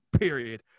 period